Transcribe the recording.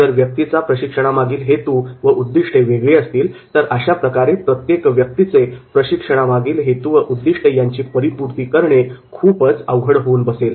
जर व्यक्तीचा प्रशिक्षणामागील हेतू व उद्दिष्टे वेगळी असतील तर अशा प्रकारे प्रत्येक व्यक्तीचे प्रशिक्षणामागील हेतू व उद्दिष्टे यांची परिपूर्ती करणे खूपच अवघड होऊन बसेल